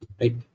Right